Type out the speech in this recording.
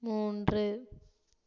மூன்று